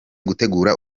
gutegura